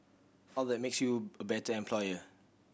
all that makes you a better employer